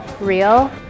real